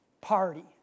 party